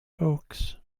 folks